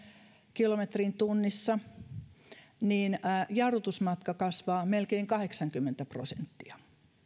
kilometriin tunnissa jarrutusmatka kasvaa melkein kahdeksankymmentä prosenttia